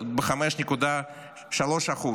ב-5.3%,